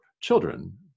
children